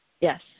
Yes